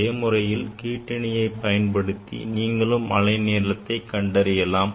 அதே முறையில் கிற்றிணி பயன்படுத்தி நீங்களும் அலை நீளத்தை கண்டறியலாம்